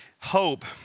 hope